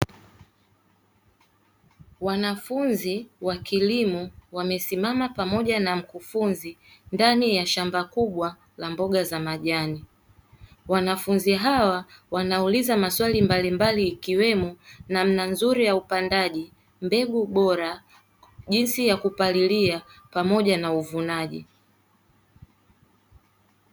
Wanafunzi wa kilimo wamesimama pamoja na mkufunzi ndani ya shamba kubwa la mboga za majani. Wanafunzi hawa wanauliza maswali mbalimbali ikiwemo namna nzuri ya upandaji, mbegu bora, jinsi ya kupalilia, pamoja na uvunjaji.